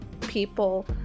people